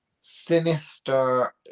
sinister